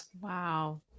Wow